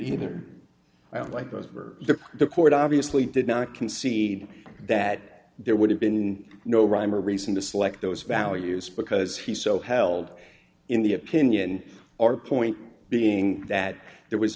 or i don't like those were there the court obviously did not concede that there would have been no rhyme or reason to select those values because he so held in the opinion or point being that there was